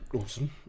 Awesome